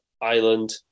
island